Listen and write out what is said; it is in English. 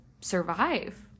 survive